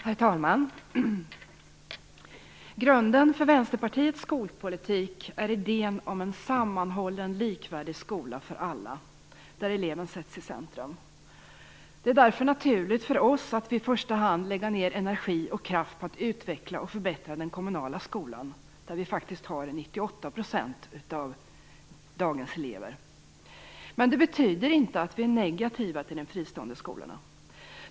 Herr talman! Grunden för Vänsterpartiets skolpolitik är idén om en sammanhållen, likvärdig skola för alla, där eleven sätts i centrum. Det är därför naturligt för oss att i första hand lägga ned energi och kraft på att utveckla och förbättra den kommunala skolan, där vi faktiskt har 98 % av dagens elever. Men det betyder inte att vi är negativa till de fristående skolorna.